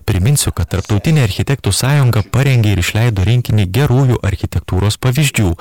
priminsiu kad tarptautinė architektų sąjunga parengė ir išleido rinkinį gerųjų architektūros pavyzdžių